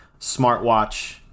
smartwatch